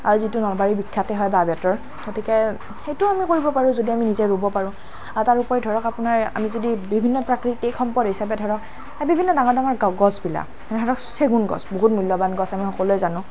আৰু যিটো নলবাৰীৰ বিখ্যাতেই হয় বাঁহ বেতৰ গতিকে সেইটোও আমি কৰিব পাৰোঁ যদি আমি নিজে ৰুব পাৰোঁ আৰু তাৰ উপৰি ধৰক আপোনাৰ আমি যদি বিভিন্ন প্ৰাকৃতিক সম্পদ হিচাপে ধৰক বিভিন্ন ডাঙৰ ডাঙৰ গছবিলাক ধৰক চেগুন গছ বহুত মূল্যবান গছ আমি সকলোৱে জানো